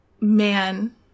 man